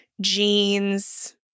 jeans